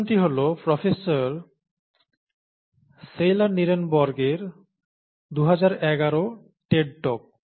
প্রথমটি হল professor Sheila Nirenberg র 2011 Ted talk